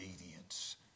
obedience